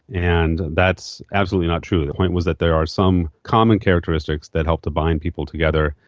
and that's absolutely not true. the point was that there are some common characteristics that help to bind people together,